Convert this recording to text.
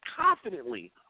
confidently